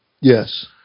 Yes